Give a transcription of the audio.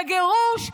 בגירוש,